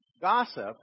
Gossip